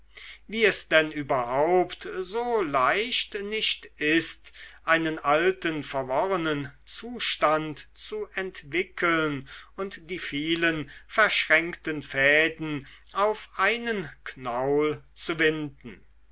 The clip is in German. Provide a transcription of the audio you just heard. wie es denn überhaupt so leicht nicht ist einen alten verworrenen zustand zu entwickeln und die vielen verschränkten fäden auf einen knaul zu winden